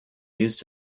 used